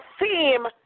theme